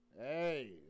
Hey